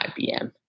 IBM